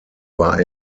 war